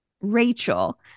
Rachel